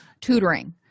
tutoring